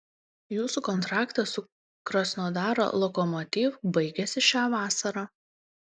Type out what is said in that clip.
jūsų kontraktas su krasnodaro lokomotiv baigiasi šią vasarą